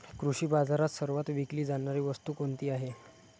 कृषी बाजारात सर्वात विकली जाणारी वस्तू कोणती आहे?